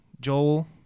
Joel